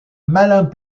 malin